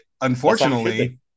unfortunately